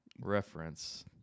reference